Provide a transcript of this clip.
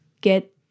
get